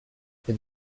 for